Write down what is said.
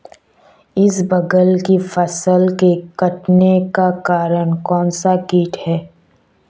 इसबगोल की फसल के कटने का कारण कौनसा कीट है?